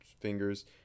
fingers